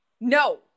no